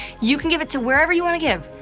you can give it to wherever you wanna give.